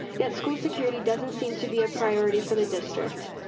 yet school security doesn't seem to be a priority for the district.